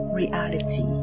reality